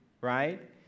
right